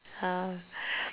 ha